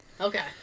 Okay